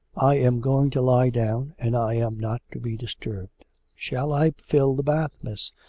i am going to lie down, and i am not to be disturbed shall i fill the bath, miss?